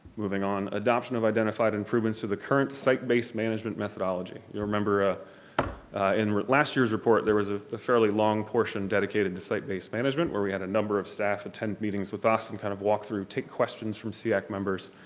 moving on, adoption of identified improvements to the current site based management methodology. you remember ah in last year's report there was a fairly long portion dedicated to site based management where we had a number of staff attend meetings with us and kind of walk through, take questions from seac members,